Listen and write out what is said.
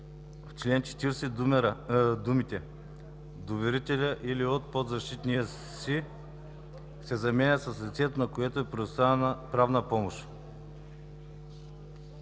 чл. 40 думите „доверителя или от подзащитния си“ се заменят с „лицето, на което е предоставена правна помощ“.“